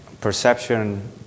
perception